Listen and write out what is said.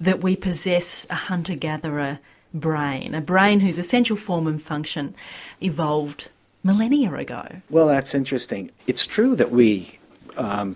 that we possess a hunter gatherer brain, a brain whose essential form and function evolved millennia ago? well that's interesting. it's true that we